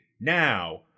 now